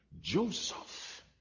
Joseph